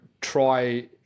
try